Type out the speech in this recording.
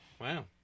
Wow